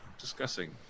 discussing